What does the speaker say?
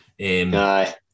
Aye